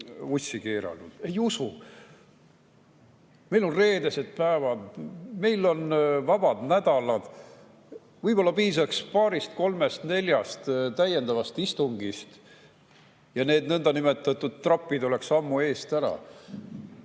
vussi keeranud. Ei usu! Meil on reedesed päevad, meil on vabad nädalad. Võib-olla piisaks paarist-kolmest-neljast täiendavast istungist ja need nõndanimetatud tropid oleks ammu eest ära.